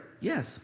Yes